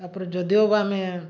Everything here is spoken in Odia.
ତାପରେ ଯଦିଓ ବା ଆମେ